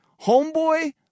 homeboy